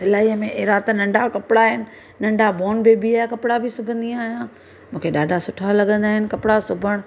सिलाईअ में अहिड़ा त नंढा कपिड़ा आहिनि नंढा बोन बेबीअ जा कपिड़ा बि सिबंदी आहियां मूंखे ॾाढा सुठा लॻंदा आहिनि कपिड़ा सिबणु